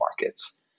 markets